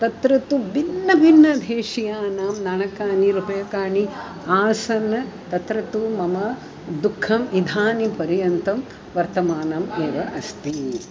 तत्र तु भिन्नभिन्नदेशीयानां नाणकानि रूप्यकाणि आसन् तत्र तु मम दुःखम् इदानीं पर्यन्तं वर्तमानम् एव अस्ति